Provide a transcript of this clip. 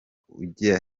ujya